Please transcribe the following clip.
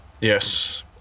Yes